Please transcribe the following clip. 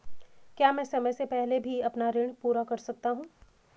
क्या मैं समय से पहले भी अपना ऋण पूरा कर सकता हूँ?